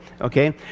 okay